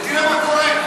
ותראה מה קורה,